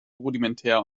rudimentär